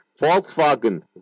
Volkswagen